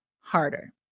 harder